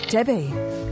Debbie